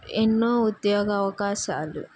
ఎన్నో ఉద్యోగ అవకాశాలు